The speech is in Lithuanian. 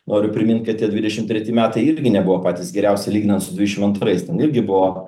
noriu primint kad tie dvidešim treti metai irgi nebuvo patys geriausi lyginant su dvidešim antrais ten irgi buvo